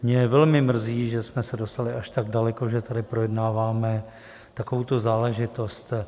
Mě velmi mrzí, že jsme se dostali až tak daleko, že tady projednáváme takovouto záležitost.